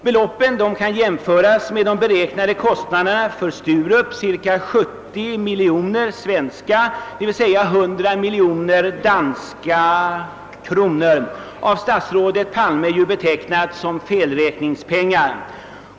Beloppen kan jämföras med de beräknade kostnaderna för Sturup, cirka 70 miljoner svenska kronor, d.v.s. 100 miljoner danska kronor — av statsrådet Palme betecknade som felräkningspengar.